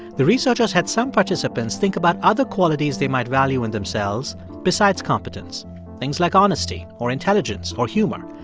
the researchers had some participants think about other qualities they might value in themselves besides competence things like honesty or intelligence or humor.